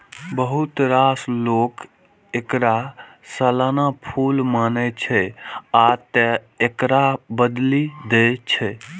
बहुत रास लोक एकरा सालाना फूल मानै छै, आ तें एकरा बदलि दै छै